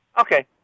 Okay